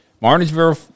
Martinsville